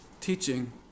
teaching